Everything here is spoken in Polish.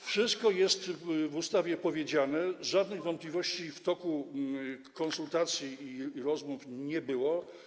Wszystko jest w ustawie powiedziane, żadnych wątpliwości w toku konsultacji i rozmów nie było.